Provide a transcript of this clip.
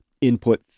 input